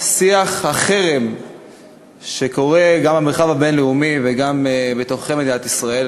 שיח החרם שקורה גם במרחב הבין-לאומי וגם בתוככי מדינת ישראל,